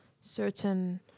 certain